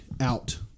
out